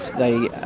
they